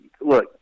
look